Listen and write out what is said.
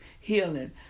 healing